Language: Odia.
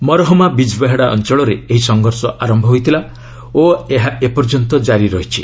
ମରହମା ବିକ୍ବେହଡ଼ା ଅଞ୍ଚଳରେ ଏହି ସଂଘର୍ଷ ଆରମ୍ଭ ହୋଇଥିଲା ଓ ଏହା ଏପର୍ଯ୍ୟନ୍ତ କାରି ରହିଛି